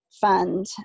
Fund